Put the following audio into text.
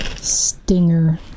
Stinger